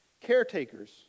Caretakers